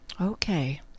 Okay